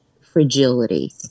fragility